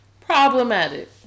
Problematic